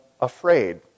afraid